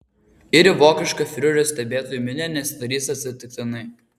ir į vokišką fiurerio stebėtojų minią nesidairys atsitiktinai